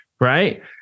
Right